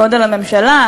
גודל הממשלה,